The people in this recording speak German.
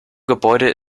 gebäude